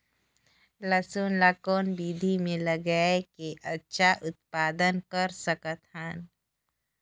लसुन ल कौन विधि मे लगाय के अच्छा उत्पादन कर सकत हन?